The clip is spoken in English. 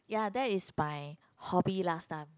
ya that is my hobby last time